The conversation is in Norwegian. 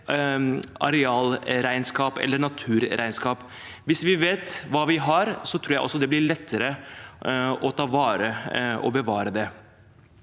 eller naturregnskap. Hvis vi vet hva vi har, tror jeg også det blir lettere å ta vare på og bevare det.